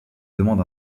demande